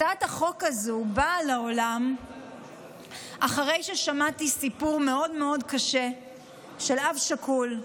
הצעת החוק הזאת באה לעולם אחרי ששמעתי סיפור מאוד מאוד קשה על אב שכול,